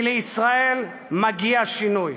כי לישראל מגיע שינוי.